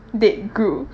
dead group